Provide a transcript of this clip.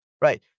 right